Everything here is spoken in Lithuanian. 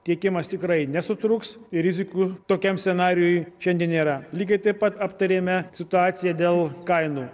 tiekimas tikrai nesutrūks ir rizikų tokiam scenarijui šiandien nėra lygiai taip pat aptarėme situaciją dėl kainų